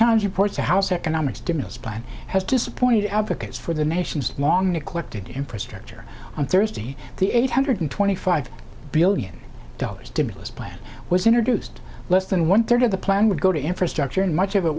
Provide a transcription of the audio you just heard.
times reports the house economic stimulus plan has disappointed advocates for the nation's long eclectic infrastructure on thursday the eight hundred twenty five billion dollars stimulus plan was introduced less than one third of the plan would go to infrastructure and much of it